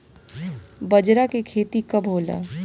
बजरा के खेती कब होला?